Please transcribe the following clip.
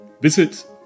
visit